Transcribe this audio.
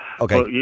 Okay